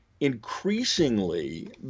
increasingly